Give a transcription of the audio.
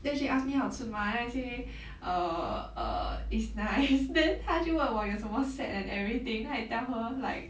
then she ask me 好吃吗 then I say err err it's nice then 他就问我有什么 set and everything then I tell her like